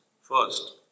First